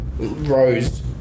Rose